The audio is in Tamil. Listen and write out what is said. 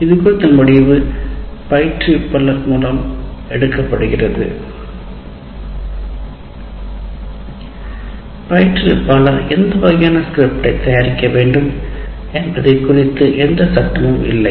இது குறித்த முடிவு பயிற்றுவிப்பாளர் மூலம் எடுக்கப்படுகிறது பயிற்றுவிப்பாளர் எந்த வகையான ஸ்கிரிப்டைத் தயாரிக்க வேண்டும் உங்களைக் குறித்து எந்த சட்டமும் இல்லை